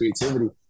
creativity